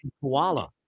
koala